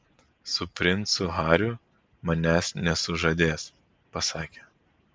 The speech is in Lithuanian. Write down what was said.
su princu hariu manęs nesužadės pasakė